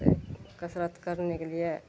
कसरत करनेके लिए